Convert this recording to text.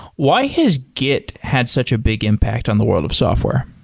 why has git had such a big impact on the world of software?